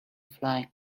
fly